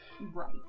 Right